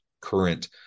current